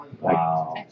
Wow